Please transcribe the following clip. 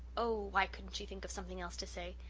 oh, why couldn't she think of something else to say?